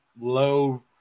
low